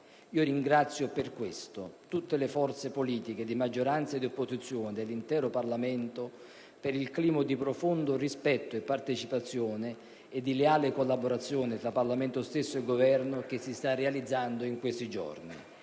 Ringrazio per questo tutte le forze politiche, di maggioranza e di opposizione, dell'intero Parlamento per il clima di profondo rispetto, partecipazione e leale collaborazione con il Governo che si sta realizzando in questi giorni.